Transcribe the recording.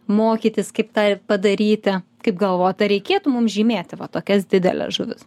mokytis kaip tą ir padaryti kaip galvojat ar reikėtų mums žymėti va tokias dideles žuvis